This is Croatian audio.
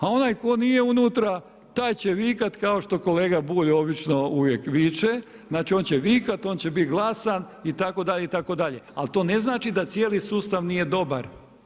A onaj tko nije unutra taj će vikat kao što kolega Bulj obično uvijek viče, znači on će vikat, on će biti glasan itd., itd., ali to ne znači da cijeli sustav nije dobar.